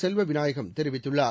செல்வ விநாயகம் தெரிவித்துள்ளார்